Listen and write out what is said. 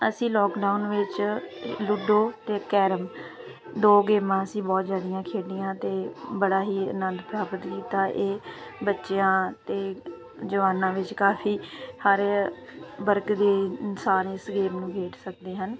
ਅਸੀਂ ਲੋਕਡਾਊਨ ਵਿੱਚ ਲੂਡੋ ਅਤੇ ਕੈਰਮ ਦੋ ਗੇਮਾਂ ਅਸੀਂ ਬਹੁਤ ਜ਼ਿਆਦੀਆਂ ਖੇਡੀਆਂ ਅਤੇ ਬੜਾ ਹੀ ਆਨੰਦ ਪ੍ਰਾਪਤ ਕੀਤਾ ਇਹ ਬੱਚਿਆਂ ਅਤੇ ਜਵਾਨਾਂ ਵਿੱਚ ਕਾਫੀ ਹਰ ਵਰਗ ਦੇ ਇਨਸਾਨ ਇਸ ਗੇਮ ਨੂੰ ਖੇਡ ਸਕਦੇ ਹਨ